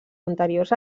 anteriors